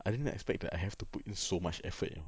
I didn't expect it to I have to put in so much effort you know